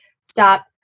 stop